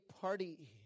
party